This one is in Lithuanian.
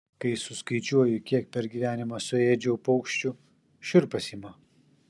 kai suskaičiuoju kiek per gyvenimą suėdžiau paukščių šiurpas ima